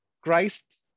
christ